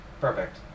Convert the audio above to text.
perfect